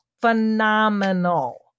phenomenal